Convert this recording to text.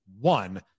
one